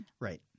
Right